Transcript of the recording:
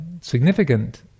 significant